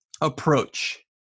approach